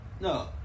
No